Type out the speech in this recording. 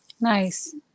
Nice